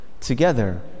together